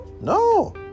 No